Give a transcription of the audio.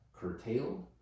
curtailed